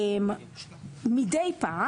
מדי פעם,